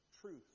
truth